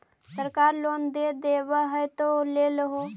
सरकार लोन दे हबै तो ले हो?